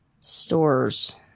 stores